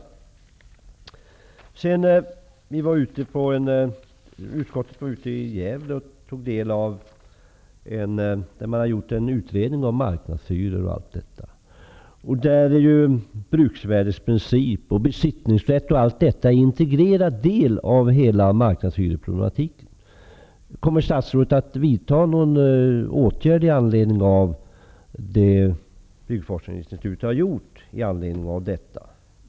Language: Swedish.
Utskottet var i Gävle och tog del av en utredning som har gjorts om marknadshyror m.m. Bruksvärdesprincipen, besiktningsrätten, osv. är integrerade delar av hela marknadshyreproblematiken. Kommer statsrådet att vidta någon åtgärd med anledning av det som Byggforskningsinstitutet har gjort i fråga om detta?